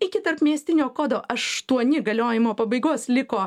iki tarpmiestinio kodo aštuoni galiojimo pabaigos liko